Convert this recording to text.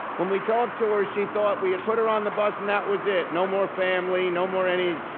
when we talked to her, she thought we had put her on the bus and that was it, no more family, no more any,